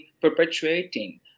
perpetuating